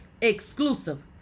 exclusive